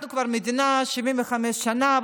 אנחנו מדינה כבר 75 שנה,